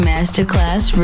Masterclass